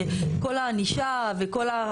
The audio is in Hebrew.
שכל הענישה וכל,